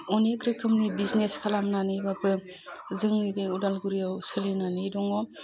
अनेक रोखोमनि बिजनेस खालामनानैबाबो जोंनि बे उदालगुरियाव सोलिनानै दङ